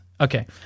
Okay